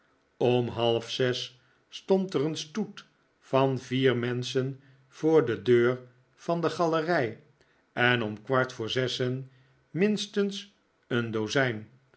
om half zes stond er een stoet van vier menschen voor de deur van de galerij en om kwart voor zessen minstens een dozijn